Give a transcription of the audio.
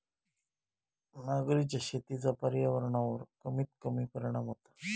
मगरीच्या शेतीचा पर्यावरणावर कमीत कमी परिणाम होता